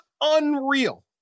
unreal